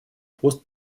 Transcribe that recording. пост